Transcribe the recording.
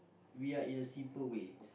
we are in a simple way